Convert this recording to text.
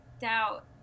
doubt